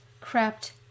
crept